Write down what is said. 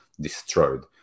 destroyed